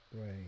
Right